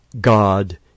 God